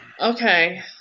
Okay